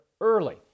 early